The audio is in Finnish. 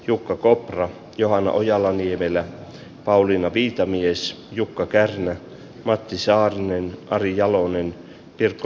jukka kopra johanna ojala niemelä pauliina viitamies jukka kärnä matti saarinen kari jalonen pirkko